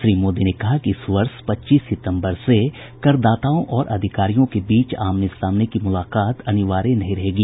श्री मोदी ने कहा कि इस वर्ष पच्चीस सितम्बर से करदाताओं और अधिकारियों के बीच आमने सामने की मुलाकात अनिवार्य नहीं रहेगी